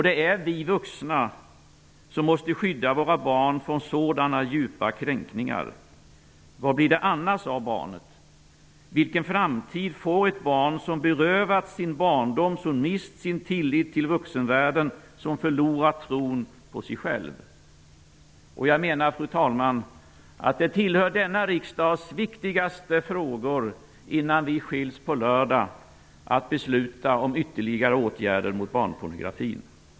Det är vi vuxna som måste skydda våra barn från sådana djupa kränkningar. Vad blir det annars av barnet? Vilken framtid får ett barn som berövats sin barndom, som mist sin tillit till vuxenvärlden och som förlorat tron på sig själv? Jag menar, fru talman, att det tillhör denna riksdags viktigaste frågor att innan vi skiljs på lördag besluta om ytterligare åtgärder mot barnpornografin.